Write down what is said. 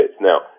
Now